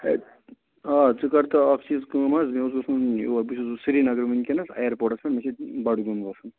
آ ژٕ کَر تہٕ اَکھ چیٖز کٲم حظ مےٚ حظ اوس وٕنی یور بہٕ چھُس سرینگرٕ وٕنکٮ۪نَس آیَرپوٹَس منٛز مےٚ چھِ بَڈگوم وَسُن